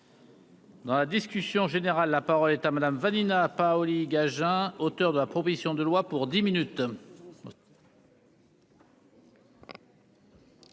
Dans la discussion générale, la parole est Mme Vanina Paoli-Gagin, auteur de la proposition de loi. Monsieur